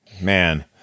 man